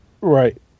Right